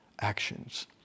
actions